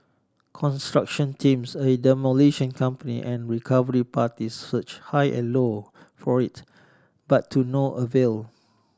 construction teams a demolition company and recovery parties search high and low for it but to no avail